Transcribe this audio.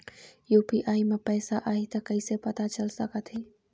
UPI म पैसा आही त कइसे पता चल सकत हे?